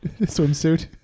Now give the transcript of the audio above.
swimsuit